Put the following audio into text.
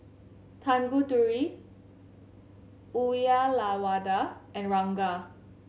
Tanguturi Uyyalawada and Ranga